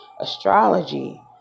astrology